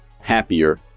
happier